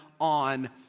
on